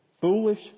Foolish